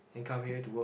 then come here to work